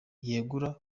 yegura